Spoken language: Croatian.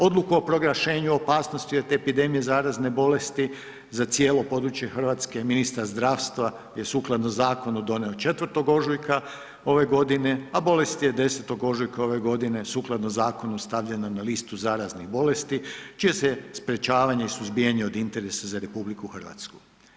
Odluku o proglašenju opasnosti od epidemije zarazne bolesti za cijelo područje Hrvatske, ministar zdravstva je sukladno zakonu donio 4. ožujka ove godine, a bolest je 10. ožujka ove godine sukladno zakonu, stavljena na listu zaraznih bolesti, čije se sprečavanje i suzbijanje od interesa za RH.